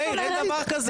אין דבר כזה.